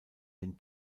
den